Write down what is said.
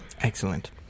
Excellent